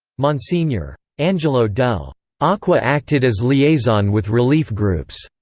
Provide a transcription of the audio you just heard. msgr. angelo dell'acqua dell'acqua acted as liaison with relief groups.